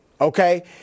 okay